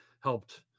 helped